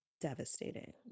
devastating